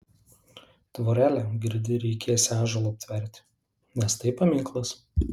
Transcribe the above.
tvorelę girdi reikėsią ąžuolą aptverti nes tai paminklas